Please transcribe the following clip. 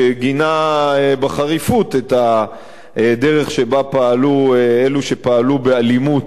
שגינה בחריפות את הדרך שבה פעלו אלה שפעלו באלימות